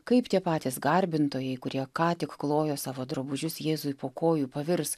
kaip tie patys garbintojai kurie ką tik klojo savo drabužius jėzui po kojų pavirs